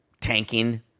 tanking